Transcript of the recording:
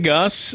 Gus